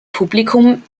publikum